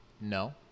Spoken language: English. No